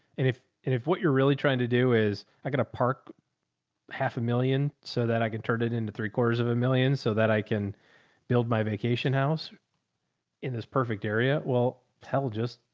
and if, if what you're really trying to do is i'm going to park half a million so that i can turn it into three quarters of a million so that i can build my vacation house in this perfect area. well, hell just.